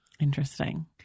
Interesting